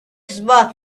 spot